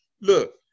look